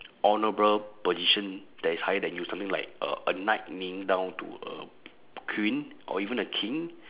honourable position that is higher than you something like a a knight kneeling down to a queen or even a king